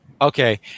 Okay